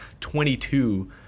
22